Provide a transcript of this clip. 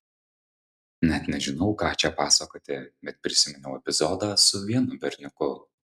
net nežinau ką čia pasakoti bet prisiminiau epizodą su vienu berniuku